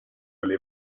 oli